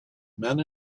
men